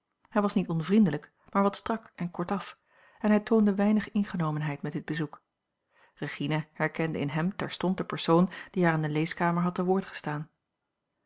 hij was niet onvriendelijk maar wat strak en kortaf en hij toonde weinig ingenomenheid met dit bezoek regina herkende in hem terstond den persoon die haar in de leeskamer had te woord gestaan